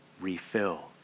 refill